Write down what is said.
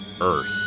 Earth